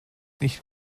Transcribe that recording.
nicht